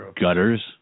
gutters